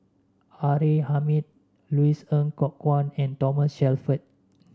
R A Hamid Louis Ng Kok Kwang and Thomas Shelford